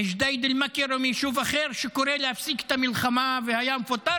מג'דיידה-מכר או מיישוב אחר שקורא להפסיק את המלחמה והיה מפוטר,